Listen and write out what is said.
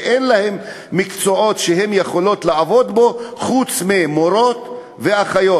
שאין להן מקצועות שהן יכולות לעבוד בהם חוץ ממורות ואחיות.